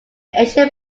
ancient